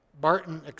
Barton